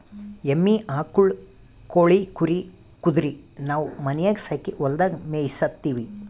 ಎಮ್ಮಿ ಆಕುಳ್ ಕೋಳಿ ಕುರಿ ಕುದರಿ ನಾವು ಮನ್ಯಾಗ್ ಸಾಕಿ ಹೊಲದಾಗ್ ಮೇಯಿಸತ್ತೀವಿ